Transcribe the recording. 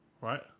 right